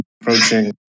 approaching